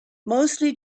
mostly